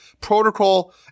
protocol